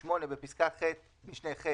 "(4) בפסקת משנה (ד),